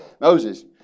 Moses